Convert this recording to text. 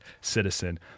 citizen